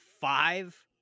five